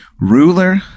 ruler